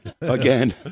Again